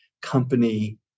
company